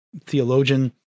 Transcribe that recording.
theologian